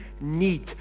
need